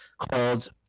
called